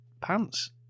pants